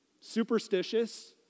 superstitious